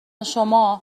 شما